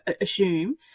assume